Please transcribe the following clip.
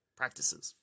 practices